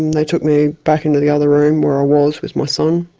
they took me back into the other room where i was with my son.